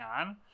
on